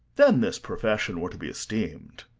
then this profession were to be esteem'd.